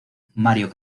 mario